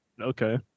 okay